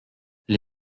les